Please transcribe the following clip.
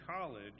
college